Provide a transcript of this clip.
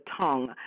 tongue